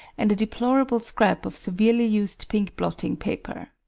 and a deplorable scrap of severely used pink blotting paper.